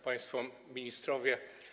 Państwo Ministrowie!